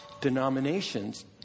denominations